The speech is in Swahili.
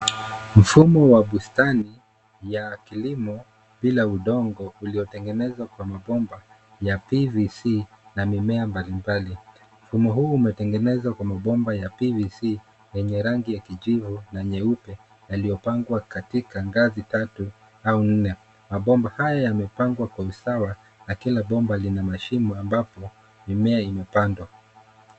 Mfumo wa bustani ya kilimo bila udongo uliotengenzwa kwa mabomba ya PVC na mimea mbalimbali. Mfumo huu umetengenzwa kwa mabomba ya PVC yenye rangi ya kijivu na nyeupe yaliyopangwa katika ngazi tatu au nne. Mabomba haya yamepangwa kwa usawa na kila bomba lina mashimo ambapo mimea imepandwa.